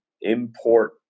import